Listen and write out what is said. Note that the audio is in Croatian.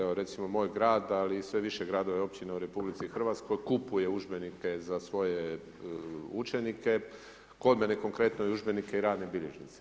Evo recimo moj grad ali sve više gradova i općina u RH kupuje udžbenike za svoje učenike, kod mene konkretno i udžbenike i radne bilježnice.